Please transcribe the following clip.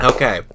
Okay